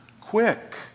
quick